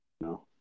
No